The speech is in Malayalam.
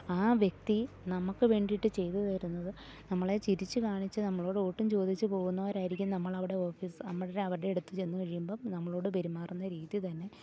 ആ വ്യക്തി നമുക്ക് വേണ്ടിയിട്ട് ചെയ്തു തരുന്നത് നമ്മളെ ചിരിച്ച് കാണിച്ച് നമ്മളോട് വോട്ടും ചോദിച്ച് പോകുന്നവരായിരിക്കും നമ്മളവിടെ ഓഫീസ് നമ്മൾ അവരുടെ അടുത്ത് ചെന്ന് കഴിയുമ്പം നമ്മളോട് പെരുമാറുന്ന രീതി തന്നെ